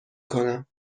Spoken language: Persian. کنم